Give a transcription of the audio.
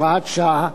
הוראה שעה),